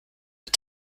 mit